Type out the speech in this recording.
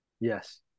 Yes